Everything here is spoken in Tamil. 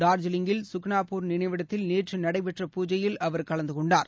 டார்ஜிலிங்கில்சுக்னா போர் நினைவிடத்தில் நேற்று நடைபெற்ற பூஜையில் அவர் கலந்துகொண்டார்